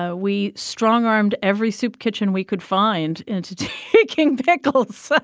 ah we strong-armed every soup kitchen we could find into taking pickles